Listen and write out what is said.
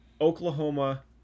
Oklahoma